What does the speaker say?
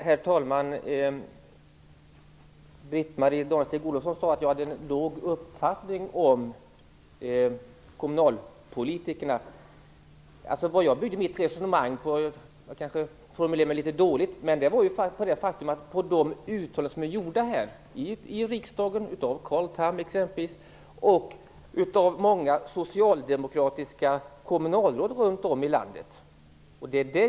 Herr talman! Britt-Marie Danestig-Olofsson sade att jag har en låg uppfattning om kommunalpolitikerna. Jag kanske uttryckte mig dåligt, men jag grundar mig på de uttalanden som gjorts i riksdagen av Carl Tham exempelvis och av många socialdemokratiska kommunalråd runt om i landet.